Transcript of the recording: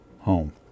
home